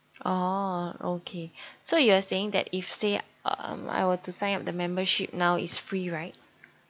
oh okay so you are saying that if say um I were to sign up the membership now it's free right